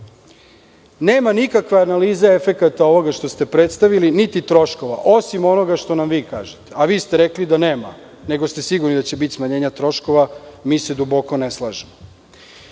Nema nikakve analize efekta ovog što ste predstavili, niti troškova, osim onoga što nam vi kažete, a vi ste rekli da nema, nego ste sigurno da će biti smanjenje troškova. Mi se duboko ne slažemo. Inače,